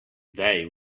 they